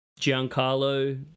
giancarlo